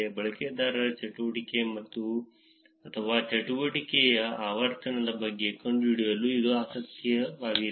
ಬಳಕೆದಾರರ ಚಟುವಟಿಕೆ ಅಥವಾ ಚಟುವಟಿಕೆಯ ಆವರ್ತನದ ಬಗ್ಗೆ ಕಂಡುಹಿಡಿಯಲು ಇದು ಆಸಕ್ತಿದಾಯಕವಾಗಿದೆ